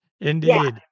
indeed